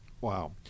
wow